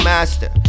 Master